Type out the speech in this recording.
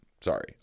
Sorry